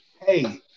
hey